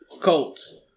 Colts